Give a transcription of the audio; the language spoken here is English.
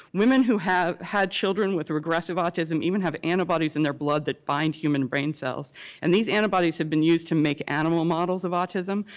women who have had children with regressive autism even have antibodies in their blood that bind human brain cells and these antibodies have been used to make animal models of autism.